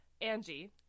Angie